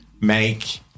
make